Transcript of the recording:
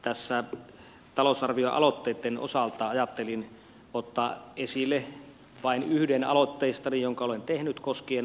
tässä talousarvioaloitteitten osalta ajattelin ottaa esille vain yhden aloitteistani jonka olen tehnyt koskien maakunnan kehittämisrahaa